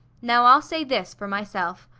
now i'll say this, for myself.